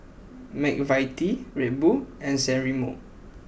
McVitie's Red Bull and San Remo